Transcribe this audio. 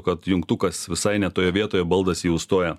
kad jungtukas visai ne toje vietoje baldas jį užstoja